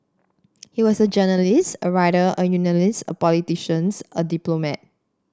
he was a journalist a writer a unionist a politicians a diplomat